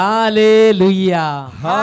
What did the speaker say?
Hallelujah